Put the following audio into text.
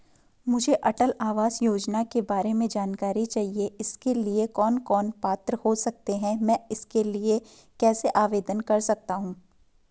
मुझे अटल आवास योजना के बारे में जानकारी चाहिए इसके लिए कौन कौन पात्र हो सकते हैं मैं इसके लिए कैसे आवेदन कर सकता हूँ?